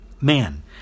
Man